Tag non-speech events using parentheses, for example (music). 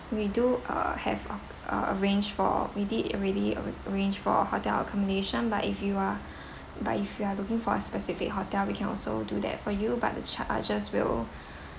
we do uh have uh arrange for we did already arrange for hotel accommodation but if you are (breath) but if you are looking for a specific hotel we can also do that for you by the charges will (breath)